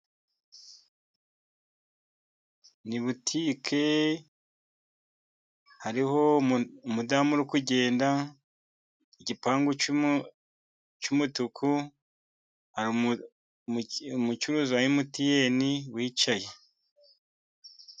Ni butike, hariho umudamu urigenda, igipangu cy'umutuku, hari umucuruzi wa Emutiyeni wicaye.